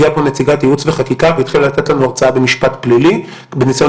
הגיעה נציגת ייעוץ וחקיקה והתחילה לתת לנו הרצאה במשפט פלילי בניסיון